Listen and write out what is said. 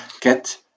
get